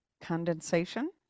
condensation